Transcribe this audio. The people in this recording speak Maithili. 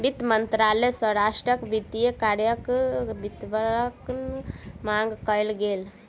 वित्त मंत्रालय सॅ राष्ट्रक वित्तीय कार्यक विवरणक मांग कयल गेल